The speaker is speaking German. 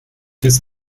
ist